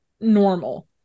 normal